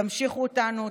תמשיכו אותנו,